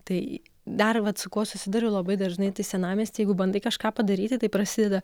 tai dar vat su kuo susiduriu labai dažnai tai senamiesty jeigu bandai kažką padaryti tai prasideda